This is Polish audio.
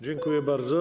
Dziękuję bardzo.